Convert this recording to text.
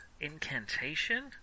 incantation